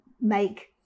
make